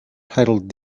titled